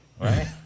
Right